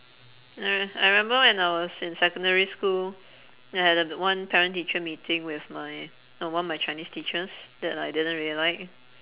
I re~ I remember when I was in secondary school I had a one parent teacher meeting with my uh one of my chinese teachers that I didn't really like